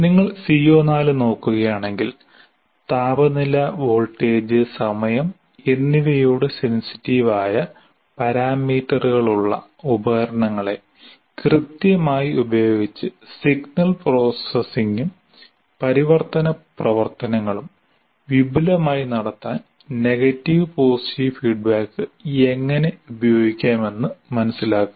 നിങ്ങൾ CO4 നോക്കുകയാണെങ്കിൽ താപനില വോൾട്ടേജ് സമയം എന്നിവയോട് സെൻസിറ്റീവ് ആയ പാരാമീറ്ററുകളുള്ള ഉപകരണങ്ങളെ കൃത്യമായി ഉപയോഗിച്ച് സിഗ്നൽ പ്രോസസ്സിംഗും പരിവർത്തന പ്രവർത്തനങ്ങളും വിപുലമായി നടത്താൻ നെഗറ്റീവ് പോസിറ്റീവ് ഫീഡ്ബാക്ക് എങ്ങനെ ഉപയോഗിക്കാമെന്ന് മനസിലാക്കുക